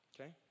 Okay